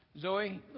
Zoe